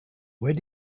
where